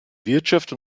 wirtschaft